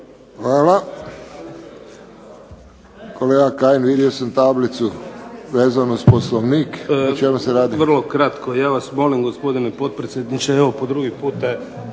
Hvala. Kolega Kajin vidio sam tablicu vezano uz Poslovnik. O čemu se radi? **Kajin, Damir (IDS)** Vrlo kratko. Ja vas molim gospodine potpredsjedniče, evo po drugi puta